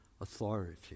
authority